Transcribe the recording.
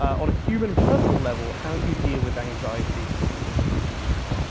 on a human personal level how do you deal with anxiety or the day-to-day level?